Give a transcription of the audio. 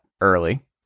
early